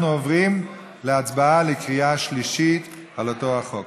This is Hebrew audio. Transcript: אנחנו עוברים להצבעה בקריאה שלישית על אותו החוק.